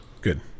Good